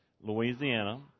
Louisiana